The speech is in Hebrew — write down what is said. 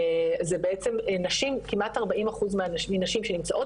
זה בעצם נשים כמעט 40 אחוזים מנשים שנמצאות